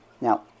Now